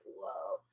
whoa